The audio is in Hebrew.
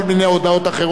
הצעת החוק עברה.